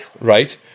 Right